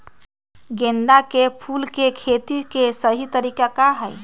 गेंदा के फूल के खेती के सही तरीका का हाई?